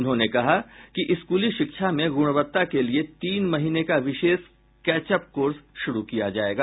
उन्होंने कहा कि स्कूली शिक्षा में गूणवत्ता के लिए तीन महीने का विशेष कैचअप कोर्स शुरू किया जायेगा